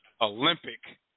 Olympic